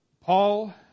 Paul